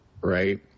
right